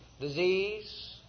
disease